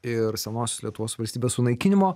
ir senosios lietuvos valstybės sunaikinimo